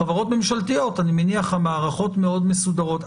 חברות ממשלתיות, אני מניח שהמערכות מאוד מסודרות.